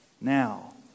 Now